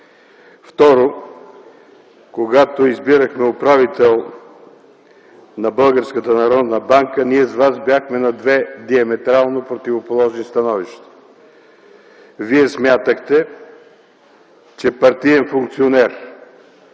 Второ, когато избирахме управител на Българската народна банка, ние с Вас бяхме на две диаметрално противоположни становища. Вие смятахте, че партиен функционер,